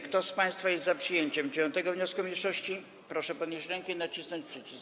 Kto z państwa jest za przyjęciem 9. wniosku mniejszości, proszę podnieść rękę i nacisnąć przycisk.